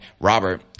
Robert